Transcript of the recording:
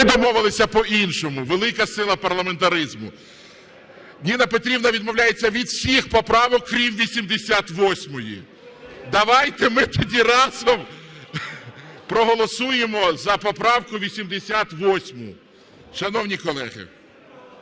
Ми домовились по-іншому, велика сила парламентаризму. Ніна Петрівна відмовляється від всіх поправок крім 88-ї. Давайте ми тоді разом проголосуємо за поправку 88. Шановні колеги!